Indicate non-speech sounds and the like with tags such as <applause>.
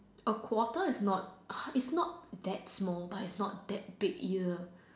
a quarter is not <breath> it's not that small but it's not that big either